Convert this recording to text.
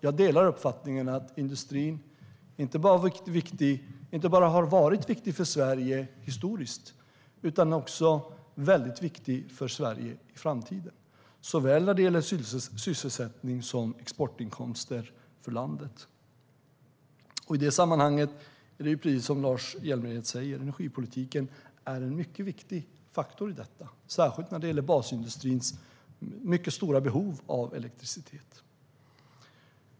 Jag delar uppfattningen att industrin inte bara har varit viktig för Sverige historiskt utan också är väldigt viktig för Sverige i framtiden när det gäller såväl sysselsättning som exportinkomster för landet. I det sammanhanget är det precis som Lars Hjälmered säger: Energipolitiken är en mycket viktig faktor i detta, särskilt när det gäller basindustrins mycket stora behov av elektricitet.